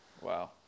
Wow